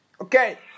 okay